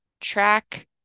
track